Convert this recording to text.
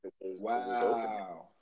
wow